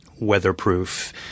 weatherproof